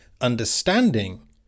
understanding